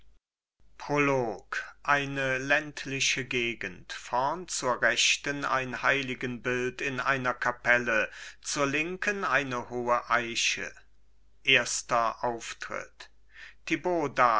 prolog eine ländliche gegend vorn zur rechten ein heiligenbild in einer kapelle zur linken eine hohe eiche erster auftritt